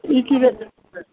ई की रेट दऽ देथिन